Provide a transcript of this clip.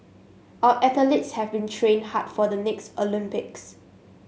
our athletes have been train hard for the next Olympics